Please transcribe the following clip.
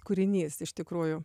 kūrinys iš tikrųjų